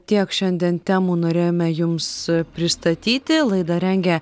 tiek šiandien temų norėjome jums pristatyti laidą rengė